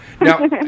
Now